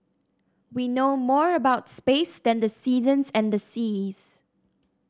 we know more about space than the seasons and the seas